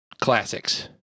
classics